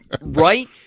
Right